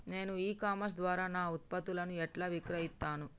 నేను e commerce ద్వారా నా ఉత్పత్తులను ఎట్లా విక్రయిత్తను?